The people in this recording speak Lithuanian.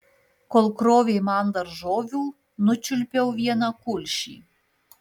kol krovė man daržovių nučiulpiau vieną kulšį